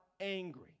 angry